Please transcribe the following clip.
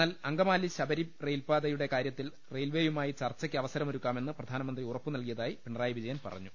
എന്നാൽ അങ്കമാലി ശബരി റെയിൽപ്പാതയുടെ കാര്യ ത്തിൽ റെയിൽവെയുമായി ചർച്ചയ്ക്ക് അവസരമൊരു ക്കാമെന്ന് പ്രധാനമന്ത്രി ഉറപ്പുനല്കിയതായി പിണറായി വിജയൻ പറഞ്ഞു